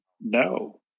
No